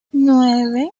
nueve